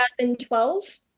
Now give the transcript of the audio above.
2012